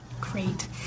Great